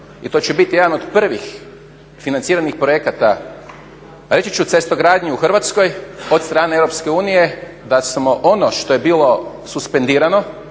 i to će biti jedan od prvih financiranih projekata reći ću cestogradnje u Hrvatskoj od strane EU, da smo ono što je bilo suspendirano,